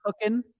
cooking